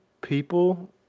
people